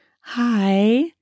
Hi